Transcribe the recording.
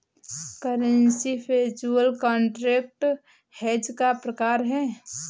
currency future contract hedge का प्रकार है